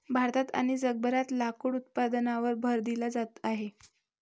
भारतात आणि जगभरात लाकूड उत्पादनावर भर दिला जात आहे